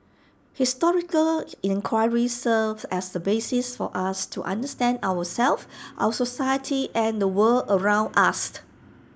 historical enquiry serves as A basis for us to understand ourselves our society and the world around us